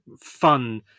fun